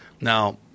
Now